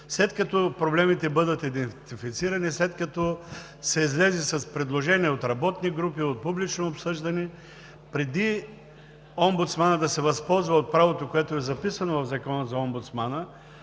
след като проблемите бъдат идентифицирани, след като са излезли предложения от работни групи, от публично обсъждане, преди омбудсманът да се възползва от правото, което е записано в Закона за омбудсмана,